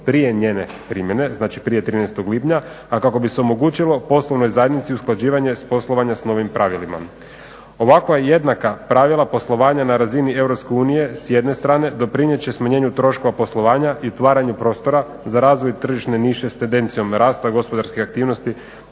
prije njene primjene, znači prije 13. lipnja, a kako bi se omogućilo poslovnoj zajednici usklađivanje i poslovanje s novim pravilima. Ovakva jednaka pravila poslovanja na razini EU s jedne strane doprinijet će smanjenju troškova poslovanja i stvaranju poslova za razvoj tržišne niše s tendencijom rasta gospodarske aktivnosti